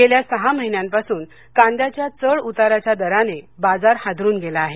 गेल्या सहा महिन्यांपासून कांद्याच्या चढउतारच्या दराने बाजार हादरून गेला आहे